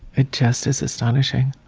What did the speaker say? it just is astonishing.